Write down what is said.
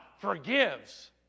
forgives